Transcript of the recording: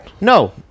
No